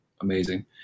Amazing